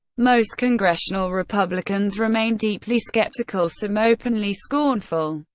most congressional republicans remained deeply skeptical, some openly scornful,